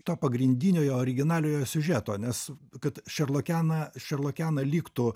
to pagrindiniojo originaliojo siužeto nes kad šerlokena šerlokena liktų